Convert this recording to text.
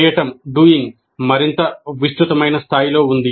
చేయడం మరింత విస్తృతమైన స్థాయిలో ఉంది